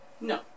No